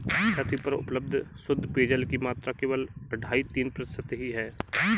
पृथ्वी पर उपलब्ध शुद्ध पेजयल की मात्रा केवल अढ़ाई तीन प्रतिशत ही है